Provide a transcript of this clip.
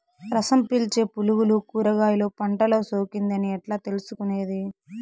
రసం పీల్చే పులుగులు కూరగాయలు పంటలో సోకింది అని ఎట్లా తెలుసుకునేది?